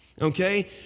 okay